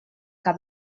que